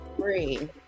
three